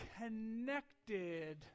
connected